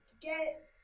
get